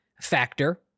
factor